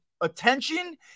attention